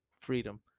freedom